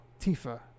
Tifa